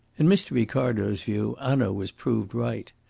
in mr. ricardo's view hanaud was proved right.